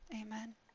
amen